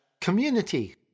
community